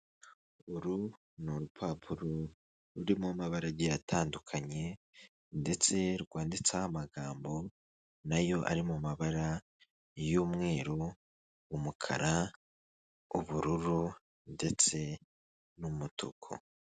Uru ni urupapuro rurimo mabara agiye atandukanye ndetse rwanditseho amagambo nayo ari mu mabara y'umweru, umukara, ubururu ndetse n'umutuku.